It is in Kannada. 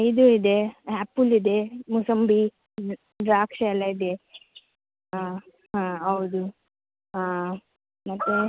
ಇದು ಇದೆ ಆ್ಯಪುಲ್ ಇದೆ ಮುಸಂಬಿ ದ್ರಾಕ್ಷೆ ಎಲ್ಲ ಇದೆ ಹಾಂ ಹಾಂ ಔದು ಹಾಂ ಮತ್ತೆ